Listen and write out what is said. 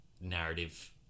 narrative